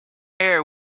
air